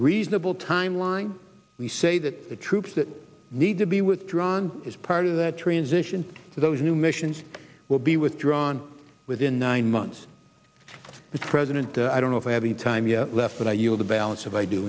reasonable timeline we say that the troops that need to be withdrawn as part of that transition those new missions will be withdrawn within nine months the president i don't know if i have the time you left but i yield the balance of i do